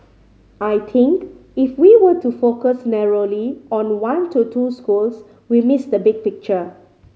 I think if we were to focus narrowly on one to two schools we miss the big picture